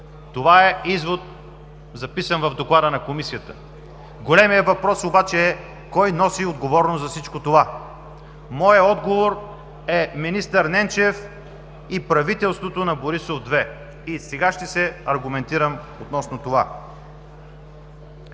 Това е извод, записан в Доклада на Комисията. Големият въпрос обаче е: кой носи отговорност за всичко това? Моят отговор е: министър Ненчев и правителството Борисов 2. Сега ще се аргументирам относно това.